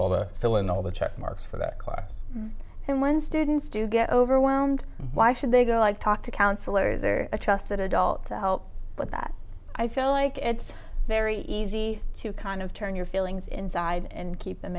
all the fill in all the check marks for that class and when students do get overwhelmed why should they go i talked to counselors or a trusted adult to help but that i feel like it's very easy to kind of turn your feelings inside and keep them